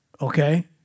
Okay